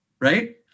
right